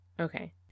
Okay